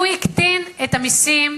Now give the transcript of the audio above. הוא הקטין את המסים,